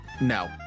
No